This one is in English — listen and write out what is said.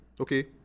okay